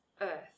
earth